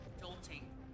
Jolting